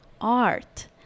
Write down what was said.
art